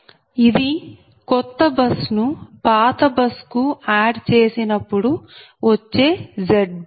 ఇది కొత్త బస్ ను పాత బస్ కు ఆడ్ చేసినప్పుడు వచ్చే ZBUS